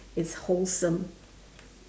it's wholesome